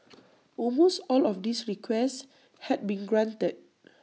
almost all of these requests had been granted